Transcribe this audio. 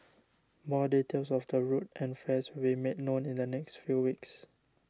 more details of the route and fares will be made known in the next few weeks